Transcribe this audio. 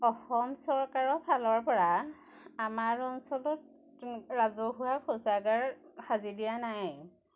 অসম চৰকাৰৰ ফালৰ পৰা আমাৰ অঞ্চলত ৰাজহুৱা শৌচাগাৰ সাজি দিয়া নাই